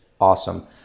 Awesome